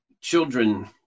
children